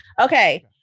okay